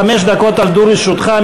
חמש דקות עמדו לרשותך,